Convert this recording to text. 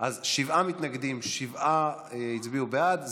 שבעה מתנגדים, שבעה הצביעו בעד.